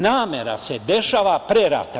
Namera se dešava pre rata.